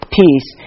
peace